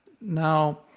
Now